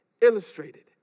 illustrated